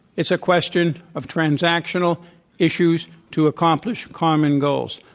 it's a question of transactional issues to accomplish common goals.